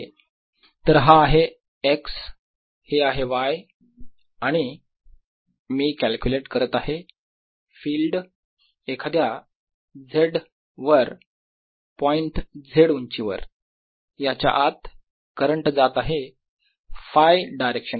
तर हा आहे x हे आहे y आणि मी कॅल्क्युलेट करत आहे फिल्ड एखाद्या z वर पॉईंट z उंचीवर याच्या आत करंट जात आहे Φ डायरेक्शन मध्ये